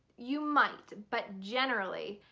you might, but generally,